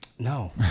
No